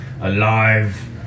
alive